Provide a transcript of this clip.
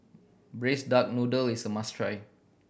Braised Duck Noodle is a must try